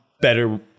better